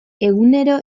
egunero